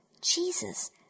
Jesus